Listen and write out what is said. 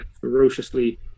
ferociously